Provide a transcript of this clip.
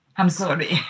i'm sorry